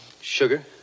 Sugar